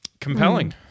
Compelling